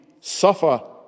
suffer